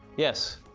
yes,